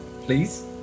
Please